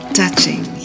touching